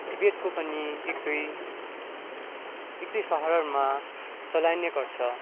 तिब्बतको पनि एक दुई एक दुई सहरहरूमा चलाइने गर्छ